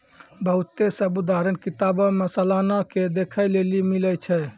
बहुते सभ उदाहरण किताबो मे सलाना के देखै लेली मिलै छै